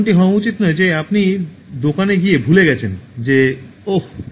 এমনটি হওয়া উচিত নয় যে আপনি দোকানে গিয়ে ভুলে গেছেন যে "ওহ